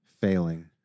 Failing